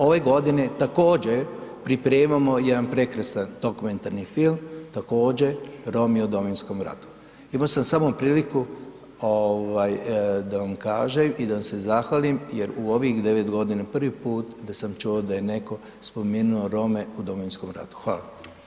Ove godine također pripremamo jedan prekrasan dokumentarni film također „Romi u Domovinskom ratu.“ Imao sam samo priliku da vam kažem i da vam se zahvalim jer u ovih 9 g. prvi put da sam čuo da je neko spomenuo Rome u Domovinskom ratu, hvala.